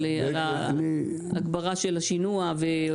על ההגברה של השינוע.